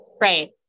Right